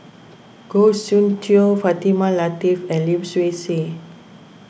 Goh Soon Tioe Fatimah Lateef and Lim Swee Say